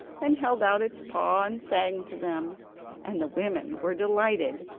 and held out its paw, and sang to them and the women were delighted,